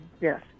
Yes